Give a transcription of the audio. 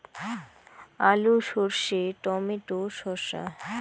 আলু সর্ষে টমেটো শসা